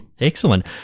Excellent